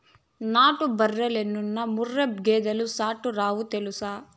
నాటు బర్రెలెన్నున్నా ముర్రా గేదెలు సాటేరావు తెల్సునా